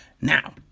now